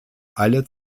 alle